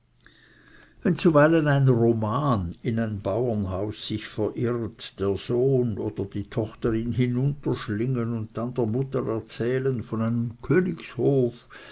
wenn zuweilen ein roman in ein bauernhaus sich verirrt der sohn oder die tochter ihn hinunterschlingen und dann der mutter erzählen von einem königshof